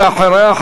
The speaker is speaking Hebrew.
אחריה,